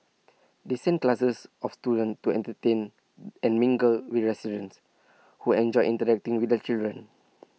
they send classes of students to entertain and mingle with residents who enjoy interacting with the children